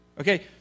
Okay